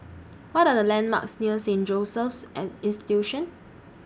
What Are The landmarks near Saint Joseph's and Institution